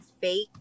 fake